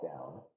down